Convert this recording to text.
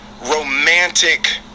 romantic